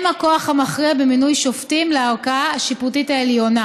הם הכוח המכריע במינוי שופטים לערכאה השיפוטית העליונה.